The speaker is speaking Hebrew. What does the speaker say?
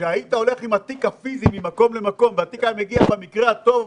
שהיית הולך עם התיק הפיזי ממקום למקום והתיק היה מגיע במקרה הטוב